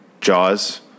Jaws